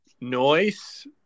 Noise